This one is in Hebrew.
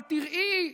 אבל תראי,